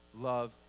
love